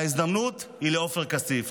ההזדמנות היא של עופר כסיף.